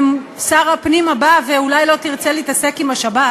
שר הפנים הבא ואולי לא תרצה להתעסק עם השבת,